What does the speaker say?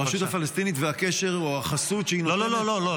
הרשות הפלסטינית והקשר או החסות שהיא נותנת --- לא לא לא.